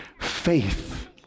faith